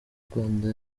rwanda